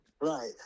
Right